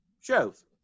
shows